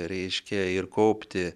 reiškia ir kaupti